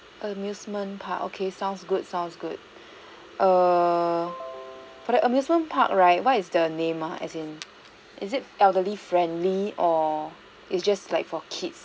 amusement park okay sounds good sounds good err for the amusement park right what is the name ah as in elderly friendly or it's just like for kids